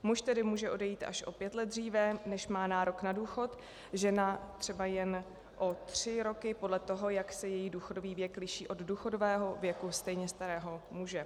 Muž tedy může odejít až o 5 let dříve, než má nárok na důchod, žena třeba jen o 3 roky, podle toho, jak se její důchodový věk liší od důchodového věku stejně starého muže.